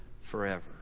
forever